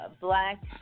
black